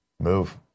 move